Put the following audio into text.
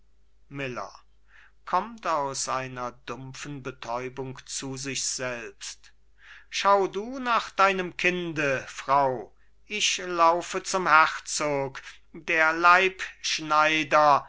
sich selbst schau du nach deinem kinde frau ich laufe zum herzog der leibschneider das